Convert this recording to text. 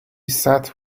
sat